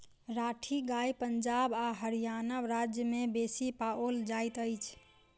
राठी गाय पंजाब आ हरयाणा राज्य में बेसी पाओल जाइत अछि